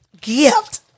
gift